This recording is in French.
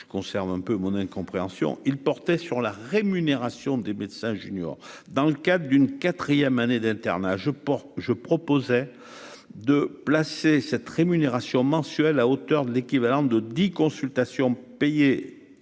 je conserve un peu mon incompréhension, il portait sur la rémunération des médecins junior dans le cadre d'une 4ème année d'internat, je porte je proposais de placer cette rémunération mensuelle à hauteur de l'équivalent de 10 consultation à